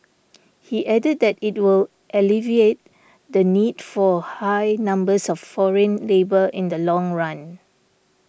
he added that it will alleviate the need for high numbers of foreign labour in the long run